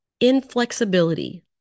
Inflexibility